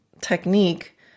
technique